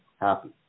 happy